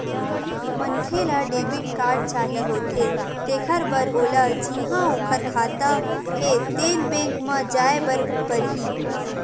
मनखे ल debit card चाही होथे तेखर बर ओला जिहां ओखर खाता हे तेन बेंक म जाए बर परही